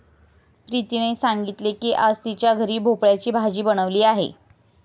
प्रीतीने सांगितले की आज तिच्या घरी भोपळ्याची भाजी बनवली आहे